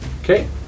Okay